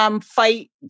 Fight